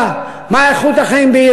מהי איכות החיים בסביבה,